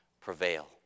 prevail